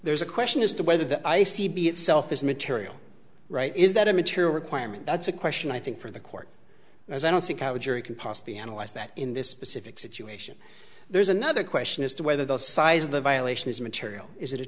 there's a question as to whether the i c b itself is material right is that a material requirement that's a question i think for the court as i don't think i would you could possibly analyze that in this specific situation there's another question as to whether the size of the violation is